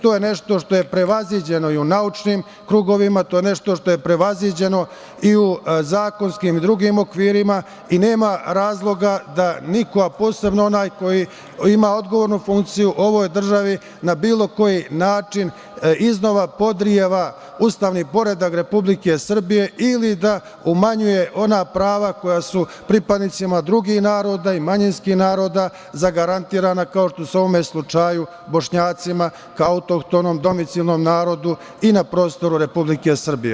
To je nešto što je prevaziđeno i u naučnim krugovima, to je nešto što je prevaziđeno i u zakonskim i drugim okvirima i nema razloga da niko, a posebno onaj koji ima odgovornu funkciju, ovoj državi na bilo koji način iznova podreva ustavni poredak Republike Srbije ili da umanjuje ona prava koja su pripadnicima drugih naroda i manjinskih naroda zagarantovana, kao što se u ovom slučaju Bošnjacima kao autohtonom, domicionom narodu i na prostoru Republike Srbije.